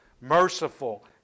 merciful